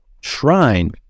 shrine